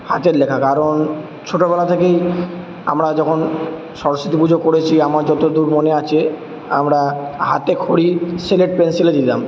হাতের লেখা কারণ ছোটোবেলা থেকেই আমরা যখন সরস্বতী পুজো করেছি আমার যতদূর মনে আছে আমরা হাতে খড়ি স্লেট পেনসিলে দিতাম